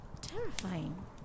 terrifying